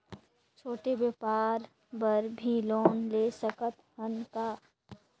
छोटे व्यापार बर भी लोन ले सकत हन का?